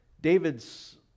David's